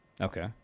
Okay